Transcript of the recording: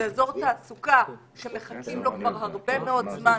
זה אזור תעסוקה שמחכים לו כבר הרבה מאוד זמן,